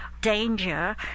danger